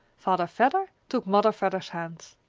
father vedder took mother vedder's hand.